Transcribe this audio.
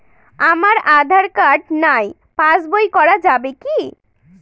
আমার আঁধার কার্ড নাই পাস বই করা যাবে কি?